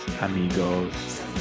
amigos